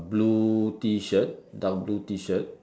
blue T shirt dark blue T shirt